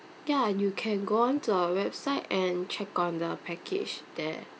ya and you can go on to our website and check on the package there